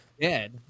dead